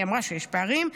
היא אמרה שיש פערים.